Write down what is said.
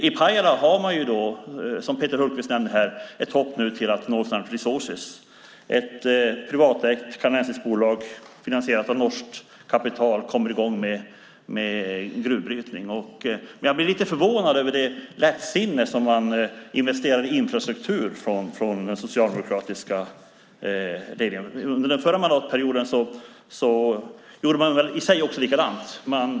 I Pajala har man, som Peter Hultqvist nämnde, ett hopp om att Northland Resources, ett privatägt kanadensiskt bolag finansierat av norskt kapital, kommer i gång med gruvbrytning. Men jag blir lite förvånad över med vilket lättsinne Socialdemokraterna investerar i infrastruktur. Under den förra mandatperioden gjorde man i och för sig likadant.